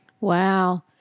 Wow